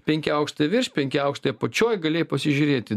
penki aukštai virš penki aukštai apačioj galėjai pasižiūrėti